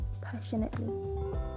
passionately